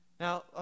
Now